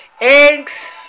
eggs